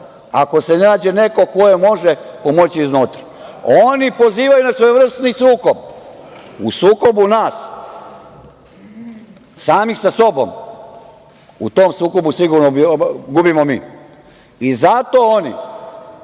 ako se ne nađe neko ko može pomoći iznutra. Oni pozivaju na svojevrsni sukob. U sukobu nas samih sa sobom u tom sukobu sigurno gubimo mi i zato oni